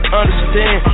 understand